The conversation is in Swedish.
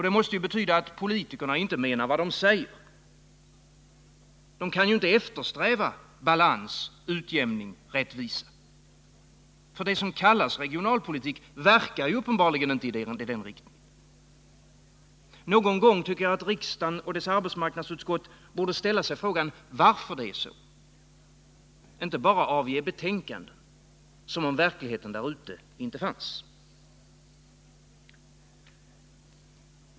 Det måste betyda att politikerna inte menar vad de säger. De kan ju inte eftersträva balans, utjämning, rättvisa. Det som kallas regionalpolitik verkar uppenbarligen inte i den riktningen. Någon gång borde riksdagen och dess arbetsmarknadsutskott ställa sig frågan varför det är så och inte bara avge betänkanden, som om verkligheten där ute inte fanns.